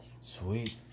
sweet